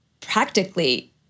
practically